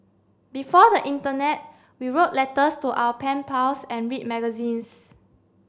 before the internet we wrote letters to our pen pals and read magazines